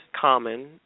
common